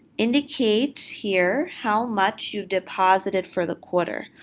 indicate here how much you deposited for the quarter.